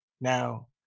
Now